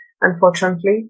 unfortunately